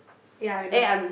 ya I know